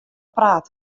praat